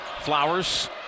Flowers